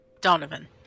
Donovan